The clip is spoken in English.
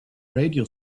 radio